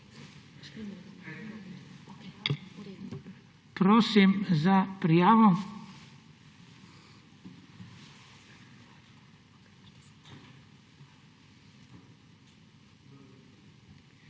Prosim za prijavo.